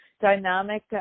dynamic